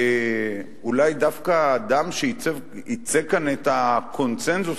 אולי דווקא האדם שייצג כאן את הקונסנזוס